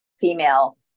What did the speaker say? female